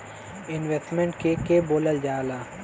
Investment के के बोलल जा ला?